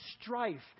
strife